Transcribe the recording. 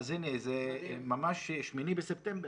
זה ממש 8 בספטמבר.